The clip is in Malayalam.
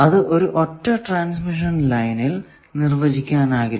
അത് ഒരു ഒറ്റ ട്രാൻസ്മിഷൻ ലൈനിൽ നിർവചിക്കാനാകില്ല